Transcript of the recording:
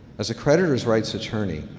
as a creditors' rights attorney,